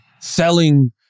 selling